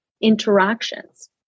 interactions